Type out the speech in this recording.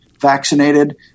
vaccinated